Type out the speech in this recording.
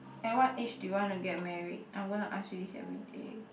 at what age do you want to get married I'm going to ask you this everyday